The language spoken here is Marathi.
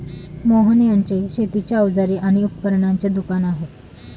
मोहन यांचे शेतीची अवजारे आणि उपकरणांचे दुकान आहे